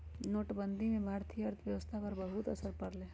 नोटबंदी से भारतीय अर्थव्यवस्था पर बहुत असर पड़ लय